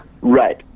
right